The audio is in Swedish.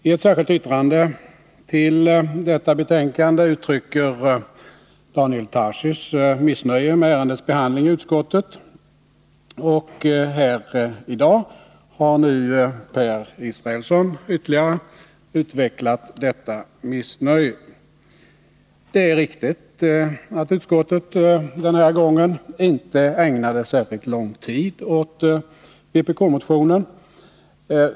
I ett särskilt yttrande till detta betänkande uttrycker Daniel Tarschys missnöje med ärendets behandling i utskottet, och här i dag har nu Per Israelsson ytterligare utvecklat detta missnöje. Det är riktigt att utskottet den här gången inte ägnade särskilt lång tid åt vpk-motionen.